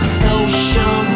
social